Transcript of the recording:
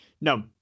No